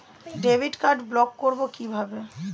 Debit card block করব কিভাবে?